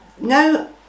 no